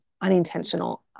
unintentional